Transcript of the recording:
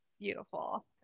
beautiful